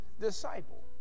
disciple